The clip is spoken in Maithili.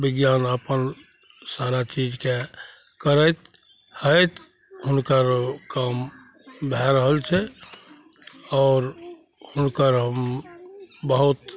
विज्ञान अपन सारा चीजके करैत होएत हुनकर काम भए रहल छै आओर हुनकर हम बहुत